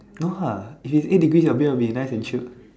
no ah if is eight degree your beer will be nice and chilled